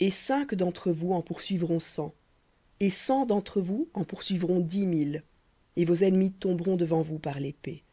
et cinq d'entre vous en poursuivront cent et cent d'entre vous en poursuivront dix mille et vos ennemis tomberont devant vous par l'épée